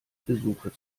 besucher